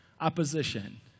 opposition